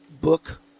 book